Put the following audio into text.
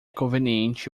conveniente